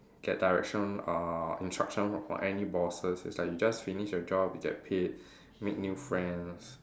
get direction uh instruction from any bosses it's like you just finish your job you get paid make new friends